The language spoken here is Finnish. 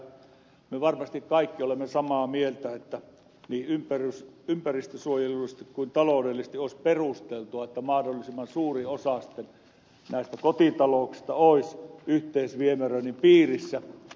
me varmasti kaikki olemme samaa mieltä että niin ympäristönsuojelullisesti kuin taloudellisestikin olisi perusteltua että mahdollisimman suuri osa näistä kotitalouksista olisi yhteisviemäröinnin piirissä